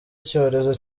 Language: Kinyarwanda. icyorezo